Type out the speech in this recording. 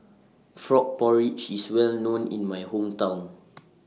Frog Porridge IS Well known in My Hometown